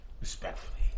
respectfully